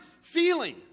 feeling